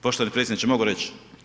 Poštovani predsjedniče mogu reć?